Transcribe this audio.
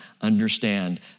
understand